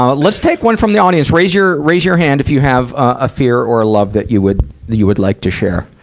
but let's take one from the audience. raise your, raise your hand if you have, ah, a fear or love that you would, that you would like to share.